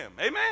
Amen